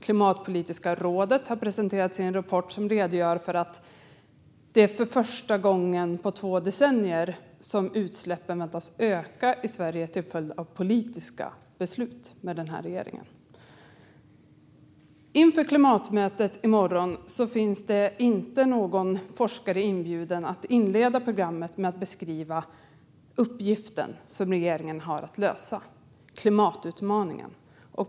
Klimatpolitiska rådet har presenterat sin rapport, där man redogör för detta: För första gången på två decennier väntas utsläppen öka i Sverige, till följd av politiska beslut av denna regering. Till klimatmötet i morgon är inte någon forskare inbjuden för att inleda programmet med att beskriva den uppgift som regeringen har att lösa - klimatutmaningen.